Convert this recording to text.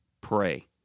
pray